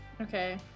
Okay